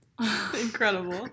incredible